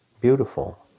beautiful